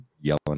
yelling